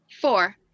four